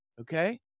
Okay